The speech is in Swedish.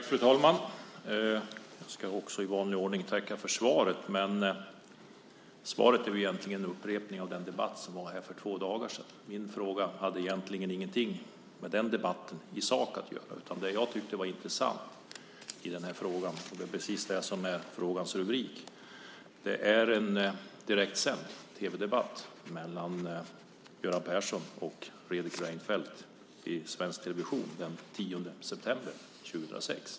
Fru talman! Jag ska i vanlig ordning tacka för svaret. Men svaret är egentligen en upprepning av den debatt som fördes här för två dagar sedan. Min fråga hade ingenting i sak med den debatten att göra. Det jag tyckte var intressant i den här frågan var precis det som är frågans rubrik. Det var en direktsänd tv-debatt mellan Göran Persson och Fredrik Reinfeldt i svensk television den 10 september 2006.